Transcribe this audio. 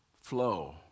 flow